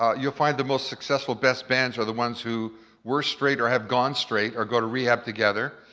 ah you'll find the most successful best bands are the ones who were straight or have gone straight or go to rehab together.